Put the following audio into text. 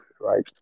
right